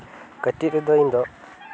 ᱠᱟᱹᱴᱤᱡ ᱨᱮᱫᱚ ᱤᱧ ᱫᱚ